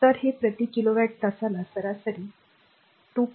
तर हे प्रति किलोवाट तासाला सरासरी 2